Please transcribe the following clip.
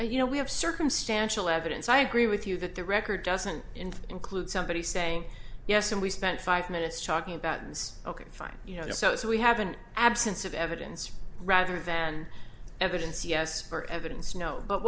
have you know we have circumstantial evidence i agree with you that the record doesn't in fact include somebody saying yes and we spent five minutes talking about ns ok fine you know so so we have an absence of evidence rather than evidence yes or evidence no but